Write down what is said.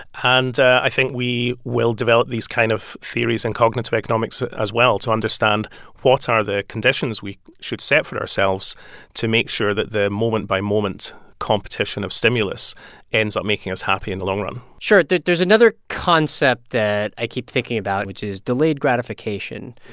and i think we will develop these kind of theories in cognitive economics, as well, to understand what are the conditions we should set for ourselves to make sure that the moment-by-moment competition of stimulus ends up making us happy in the long run sure. there's another concept that i keep thinking about, which is delayed gratification.